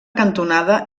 cantonada